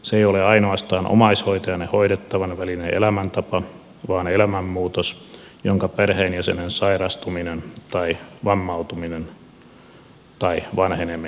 se ei ole ainoastaan omaishoitajan ja hoidettavan välinen elämäntapa vaan elämänmuutos jonka perheenjäsenen sairastuminen tai vammautuminen tai vanheneminen aiheuttaa